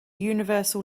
universal